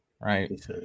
right